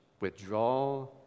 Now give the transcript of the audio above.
withdraw